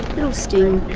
you know sting.